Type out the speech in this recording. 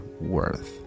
Worth